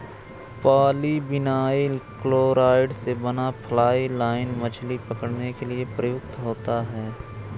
polyvinyl chloride से बना fly line मछली पकड़ने के लिए प्रयुक्त होता है